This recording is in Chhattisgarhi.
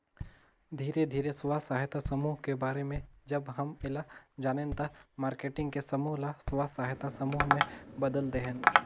धीरे धीरे स्व सहायता समुह के बारे में जब हम ऐला जानेन त मारकेटिंग के समूह ल स्व सहायता समूह में बदेल देहेन